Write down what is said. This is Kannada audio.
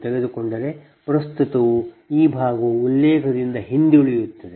ಎಂದು ತೆಗೆದುಕೊಂಡರೆ ಪ್ರಸ್ತುತವು ಈ ಭಾಗವು ಉಲ್ಲೇಖದಿಂದ ಹಿಂದುಳಿಯುತ್ತದೆ